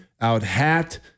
out-hat